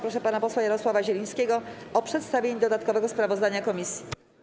Proszę pana posła Jarosława Zielińskiego o przedstawienie dodatkowego sprawozdania komisji.